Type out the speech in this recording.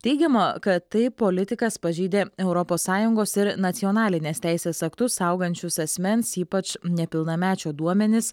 teigiama kad taip politikas pažeidė europos sąjungos ir nacionalinės teisės aktus saugančius asmens ypač nepilnamečio duomenis